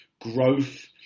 growth